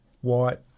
white